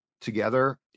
together